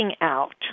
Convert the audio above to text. out